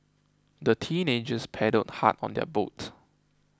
the teenagers paddled hard on their boat